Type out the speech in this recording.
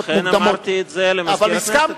אכן אמרתי את זה למזכיר הכנסת,